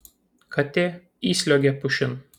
katė įsliuogė pušin